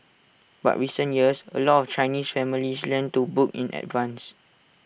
but recent years A lot of Chinese families lend to book in advance